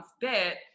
bit